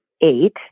eight